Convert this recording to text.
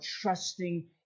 trusting